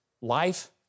life